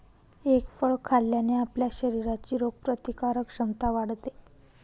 egg फळ खाल्ल्याने आपल्या शरीराची रोगप्रतिकारक क्षमता वाढते